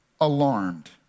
alarmed